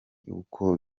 uko